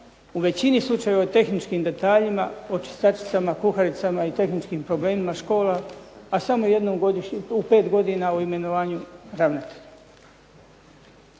u većini slučajeva o tehničkim detaljima, o čistačicama, kuharicama i tehničkim problemima škola, a samo jednom u pet godina o imenovanju ravnatelja.